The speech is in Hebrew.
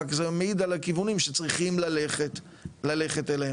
רק זה מעיד על הכיוונים שצריכים ללכת אליהם